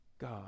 God